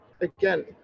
again